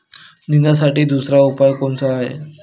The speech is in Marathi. निंदनासाठी दुसरा उपाव कोनचा हाये?